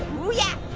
ooh yeah